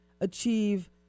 achieve